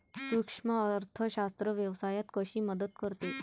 सूक्ष्म अर्थशास्त्र व्यवसायात कशी मदत करते?